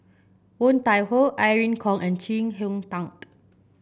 Woon Tai Ho Irene Khong and Chee Hong Tat